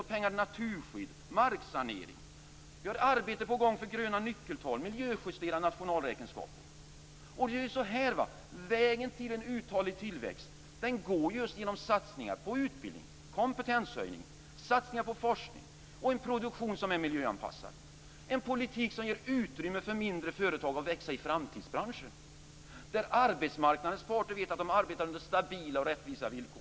Det finns pengar till naturskydd och marksanering. Vi har ett arbete på gång för gröna nyckeltal, miljöjusterade nationalräkenskaper. Det är ju så att vägen till en uthållig tillväxt just går genom satsningar på utbildning, kompetenshöjning, forskning och en produktion som är miljöanpassad. Det är en politik som ger utrymme för mindre företag att växa i framtidsbranscher där arbetsmarknadens parter vet att de arbetar under stabila och rättvisa villkor.